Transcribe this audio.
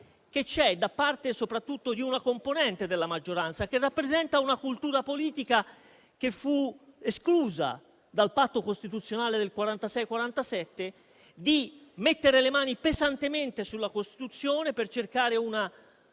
che c'è, da parte soprattutto di una componente della maggioranza che rappresenta una cultura politica che fu esclusa dal patto costituzionale del 1946-1947, il tentativo di mettere le mani pesantemente sulla Costituzione per cercare una